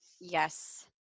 Yes